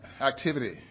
activity